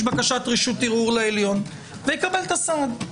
בקשת רשות ערעור לעליון ויקבל את הסעד.